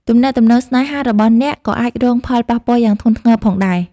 ទំនាក់ទំនងស្នេហារបស់អ្នកក៏អាចរងផលប៉ះពាល់យ៉ាងធ្ងន់ធ្ងរផងដែរ។